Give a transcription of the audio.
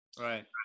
Right